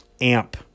amp